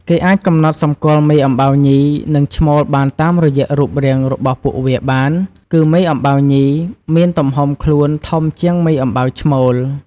គេអាចកំណត់សម្គាល់មេអំបៅញី និងឈ្មោលបានតាមរយៈរូបរាងរបស់ពួកវាបាន គឺមេអំបៅញី មានទំហំខ្លួនធំជាងមេអំបៅឈ្មោល។